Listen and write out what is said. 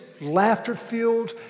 laughter-filled